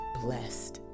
blessed